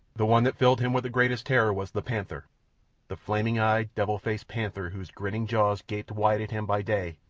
the one that filled him with the greatest terror was the panther the flaming-eyed devil-faced panther whose grinning jaws gaped wide at him by day,